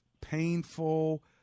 painful